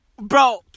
bro